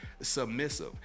submissive